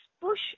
push